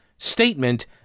Statement